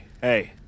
hey